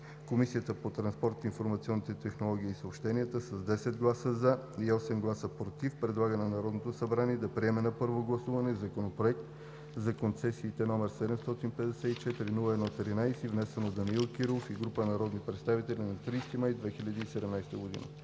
Комисията по транспорт, информационни технологии и съобщения с 10 гласа „за“ и 8 „против“ предлага на Народното събрание да приеме на първо гласуване Законопроект за концесиите, № 754-01-13, внесен от Данаил Кирилов и група народни представители на 30 май 2017 г.“